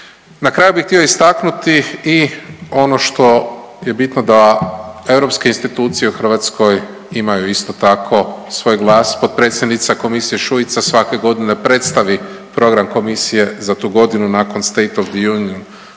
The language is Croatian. Na kraju bih htio istaknuti i ono što je bitno da europske institucije u Hrvatskoj imaju isto tako svoj glasa. Potpredsjednica Komisije Šuica svake godine predstavi program Komisije za tu godinu nakon State of the Union